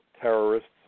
terrorists